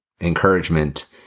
encouragement